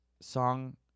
song